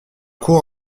court